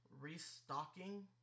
restocking